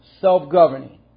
self-governing